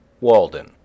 Walden